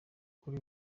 kuri